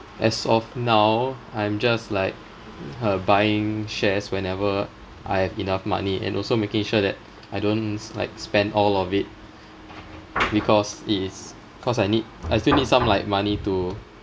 as of now I'm just like uh buying shares whenever I've enough money and also making sure that I don't s~ like spend all of it because it is because I need I still need some like money to